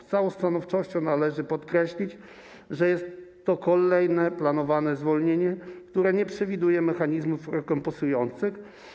Z całą stanowczością należy podkreślić, że jest to kolejne planowane zwolnienie, które nie przewiduje mechanizmów rekompensujących.